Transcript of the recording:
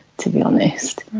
to be honest.